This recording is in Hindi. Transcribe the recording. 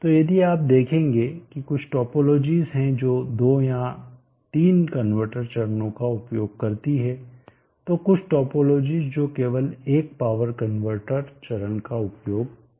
तो यदि आप आप देखेंगे कि कुछ टोपोलॉजीज़ हैं जो दो या तीन कनवर्टर चरणों का उपयोग करती हैं तो कुछ टोपोलॉजी जो केवल एक पावर कनवर्टर चरण का उपयोग करती हैं